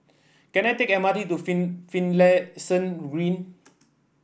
can I take M R T to Finlayson Green